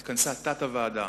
לפניה התכנסה התת-ועדה